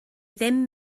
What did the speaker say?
ddim